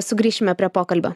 sugrįšime prie pokalbio